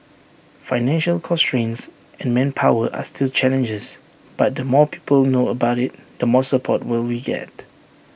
financial constraints and manpower are still challenges but the more people know about IT the more support we will get